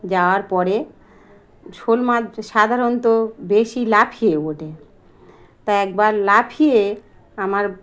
যাওয়ার পরে শোল মাাস সাধারণত বেশি লাফিয়ে ওঠে তা একবার লাফিয়ে আমার